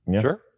Sure